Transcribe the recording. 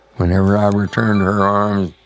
whenever i return to her arms,